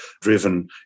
driven